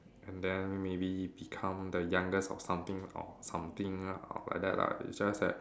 and then maybe become the youngest of something or something or like that lah it's just a